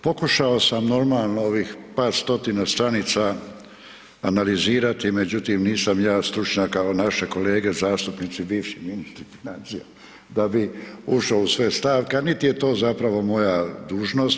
Pokušao sam normalno ovih par stotina stranica analizirati, međutim nisam ja stručnjak kao naše kolege zastupnici, bivši ministri financija, da bi ušo u sve stavke, a niti je to zapravo moja dužnost.